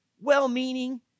Well-meaning